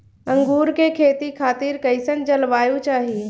अंगूर के खेती खातिर कइसन जलवायु चाही?